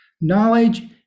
Knowledge